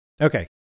okay